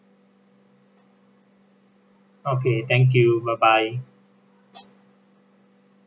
okay thank you bye bye